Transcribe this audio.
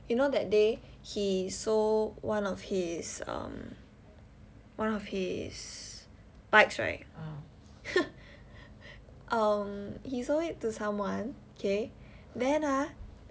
you know that day he sold one of his um one of his bikes right um he sold to someone okay then ah